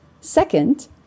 Second